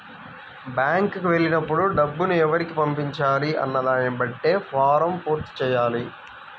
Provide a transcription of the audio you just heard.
బ్యేంకుకి వెళ్ళినప్పుడు డబ్బుని ఎవరికి పంపించాలి అన్న దానిని బట్టే ఫారమ్ పూర్తి చెయ్యాలి